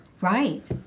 Right